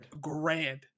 grand